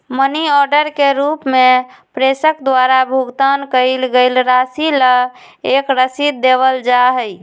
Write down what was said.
money order के रूप में प्रेषक द्वारा भुगतान कइल गईल राशि ला एक रसीद देवल जा हई